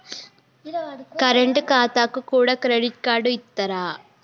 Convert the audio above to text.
Current ఖాతాకు కూడా credit card ఇత్తరా?